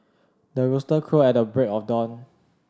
the rooster crow at the break of dawn